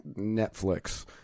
Netflix